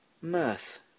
Mirth